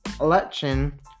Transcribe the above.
election